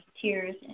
tears